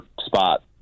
spot